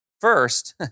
First